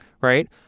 right